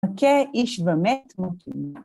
אוקיי, איש באמת מתאים.